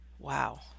Wow